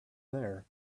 there